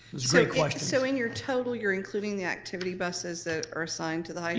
great questions. so in your total you're including the activity buses that are assigned to the high